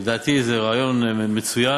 לדעתי זה רעיון מצוין,